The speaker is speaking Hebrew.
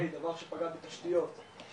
זה דבר שפגע קשה מאוד,